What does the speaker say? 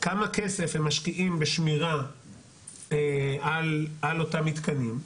כמה כסף הם משקיעים בשמירה על אותם מתקנים,